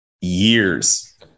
years